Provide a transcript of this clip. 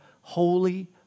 Holy